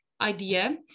idea